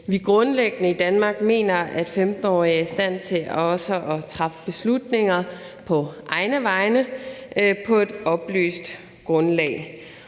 vi grundlæggende i Danmark mener, at 15-årige er i stand til at træffe beslutninger på egne vegne på et oplyst grundlag.